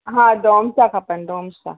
हा डोम्स जा खपनि डोम्स जा